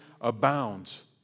abounds